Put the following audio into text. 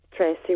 Tracy